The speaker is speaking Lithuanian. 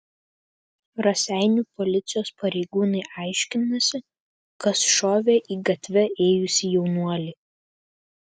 raseinių policijos pareigūnai aiškinasi kas šovė į gatve ėjusį jaunuolį